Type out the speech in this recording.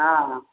हँ